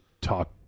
talk